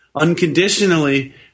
unconditionally